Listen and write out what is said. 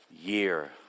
Year